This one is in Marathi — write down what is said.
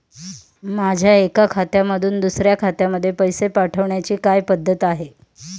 माझ्या एका खात्यातून दुसऱ्या खात्यामध्ये पैसे पाठवण्याची काय पद्धत आहे?